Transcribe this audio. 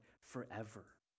forever